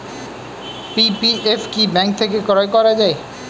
PPF কি bank থেকে ক্রয় করা যায়?